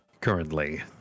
currently